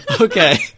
Okay